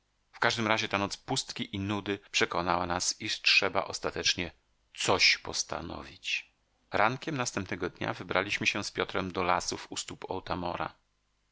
w każdym razie ta noc pustki i nudy przekonała nas iż trzeba ostatecznie coś postanowić rankiem następnego dnia wybraliśmy się z piotrem do lasów